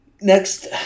Next